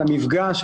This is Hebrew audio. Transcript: על המפגש,